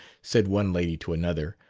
said one lady to another,